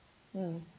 mm